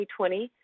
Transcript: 2020